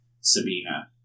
Sabina